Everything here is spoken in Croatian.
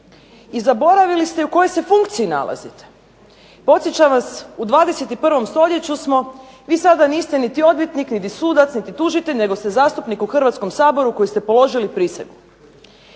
i zaboravili ste i u kojoj se funkciji nalazite. Podsjećam vas, u 21. stoljeću smo, vi sada niste niti odvjetnik niti sudac niti tužitelj nego ste zastupnik u Hrvatskom saboru u kojem ste položili prisegu.